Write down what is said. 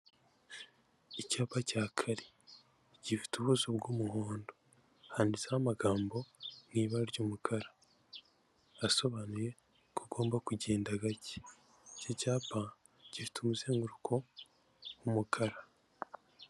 Icyapa cya kare gifite ubuso bw'umuhondo handitseho amagambo mu ibara ry'umukara asobanuye ko ugomba kugenda gake, iki cyapa gifite umuzenguruko w'umukara.